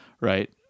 right